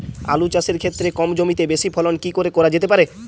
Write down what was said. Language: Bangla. আলু চাষের ক্ষেত্রে কম জমিতে বেশি ফলন কি করে করা যেতে পারে?